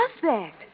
suspect